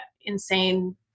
insane